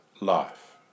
life